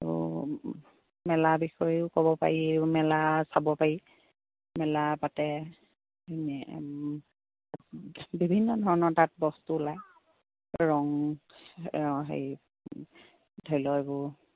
আৰু মেলা বিষয়েও ক'ব পাৰি মেলা চাব পাৰি মেলা পাতে বিভিন্ন ধৰণৰ তাত বস্তু ওলায় ৰং হেৰি ধৰি লওক এইবোৰ